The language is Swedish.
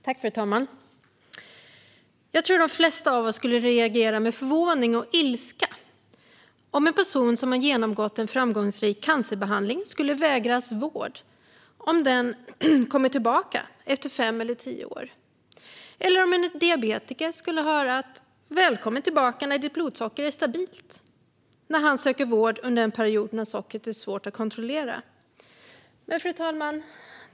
Fru talman! Jag tror att de flesta av oss skulle reagera med förvåning och ilska om en person som har genomgått en framgångsrik cancerbehandling vägrades vård om cancern kom tillbaka efter fem eller tio år. Detsamma gäller om en diabetiker skulle få höra "Välkommen tillbaka när ditt blodsocker är stabilt!" när han söker vård under en period då sockret är svårt att kontrollera.